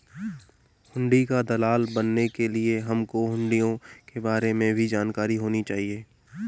हुंडी का दलाल बनने के लिए तुमको हुँड़ियों के बारे में भी जानकारी होनी चाहिए